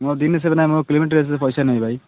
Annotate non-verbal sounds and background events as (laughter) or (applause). ମୁଁ ଦିନ ସାରା କିଲୋମିଟର୍ (unintelligible) ପଇସା ନିଏ ଭାଇ